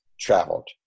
traveled